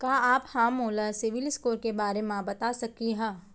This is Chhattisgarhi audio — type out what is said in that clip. का आप हा मोला सिविल स्कोर के बारे मा बता सकिहा?